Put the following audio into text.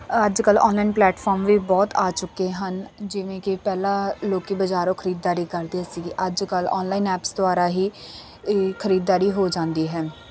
ਅੱਜ ਕੱਲ੍ਹ online platform ਵੀ ਬਹੁਤ ਆ ਚੁੱਕੇ ਹਨ ਜਿਵੇਂ ਕਿ ਪਹਿਲਾਂ ਲੋਕ ਬਜਾਰੋਂ ਖਰੀਦਾਰੀ ਕਰਦੇ ਸੀਗੇ ਅੱਜ ਕੱਲ੍ਹ ਔਨਲਾਈਨ ਐਪਸ ਦੁਆਰਾ ਹੀ ਇਹ ਖਰੀਦਾਰੀ ਹੋ ਜਾਂਦੀ ਹੈ